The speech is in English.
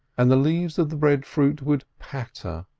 and the leaves of the breadfruit would patter,